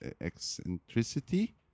eccentricity